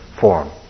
form